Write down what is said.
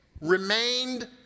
remained